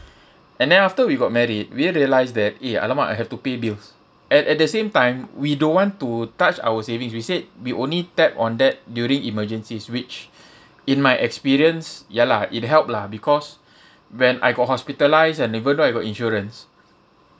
and then after we got married we realised that eh !alamak! I have to pay bills at at the same time we don't want to touch our savings we said we only tap on that during emergencies which in my experience ya lah it helped lah because when I got hospitalised and even though I got insurance